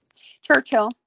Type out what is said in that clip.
Churchill